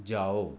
जाओ